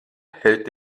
hält